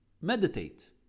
Meditate